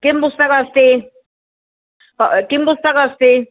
किं पुस्तकम् अस्ति किं पुस्तकम् अस्ति